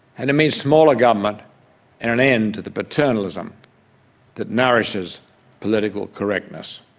and it means smaller government and an end to the paternalism that nourishes political correctness,